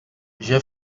j’ai